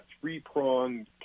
three-pronged